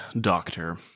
Doctor